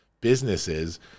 businesses